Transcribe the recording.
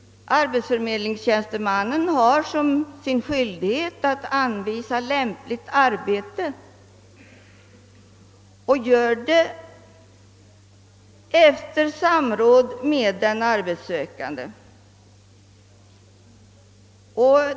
Arbetsförmedlingstjänstemannen är skyldig att anvisa lämpligt arbete och gör detta efter samråd med den arbetssökande.